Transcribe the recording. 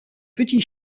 petit